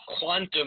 quantum